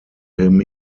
him